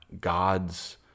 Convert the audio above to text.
God's